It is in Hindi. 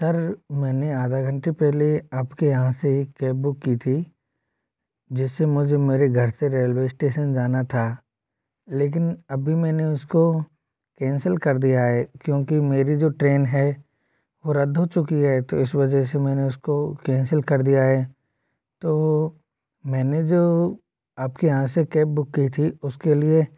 सर मैंने आधा घंटे पहले आपके यहाँ से कैब बुक की थी जिससे मुझे मेरे घर से रेलवे स्टेशन जाना था लेकिन अभी मैंने उसको कैंसिल कर दिया है क्योंकि मेरी जो ट्रेन है वो रद्द हो चुकी है तो इस वजह से मैंने उसको कैंसिल कर दिया है तो मैंने जो आपके यहाँ से कैब बुक की थी उसके लिए